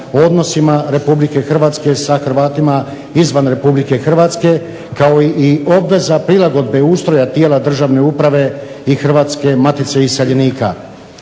o odnosima Republike Hrvatske sa Hrvatima izvan Republike Hrvatske kao i obveza prilagodbe ustroja tijela državne uprave i Hrvatske matice iseljenika.